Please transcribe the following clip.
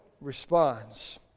responds